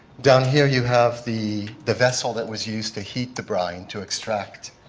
down here you have the the vessel that was used to heat the brine to extract